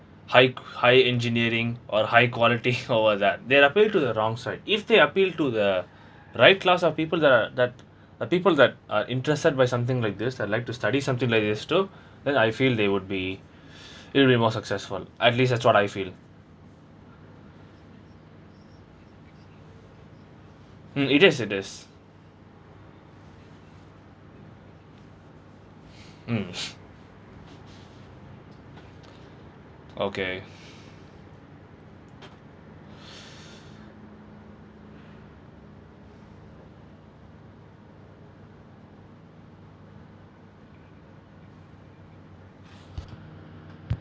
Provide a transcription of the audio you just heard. high high engineering or high quality all that they appeal to the wrong side if they appeal to the right class of people that are that uh people that are interested by something like this and like to study something like this too then I feel they would be really more successful at least that's what I feel mm it is it is mm okay